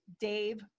Dave